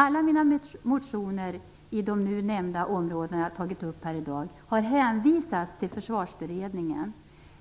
Alla mina motioner på de områden jag har tagit upp här i dag har hänvisats till Försvarsberedningen.